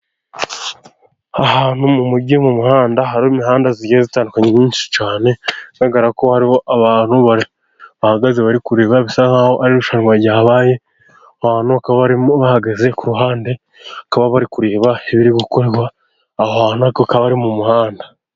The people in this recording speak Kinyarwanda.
Ahantu mu mugi mu muhanda, hari imihanda igenda itandukanye myinshi, bigaragara ko hariho abantu bahagaze bari kureba ibisa nk'aho ari irushanwa ryabaye, abantu bakaba bahagaze ku ruhande, bakaba bari kureba ibiri gukorerwa aho hantu ariko bakaba bari mu muhanda.